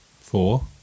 four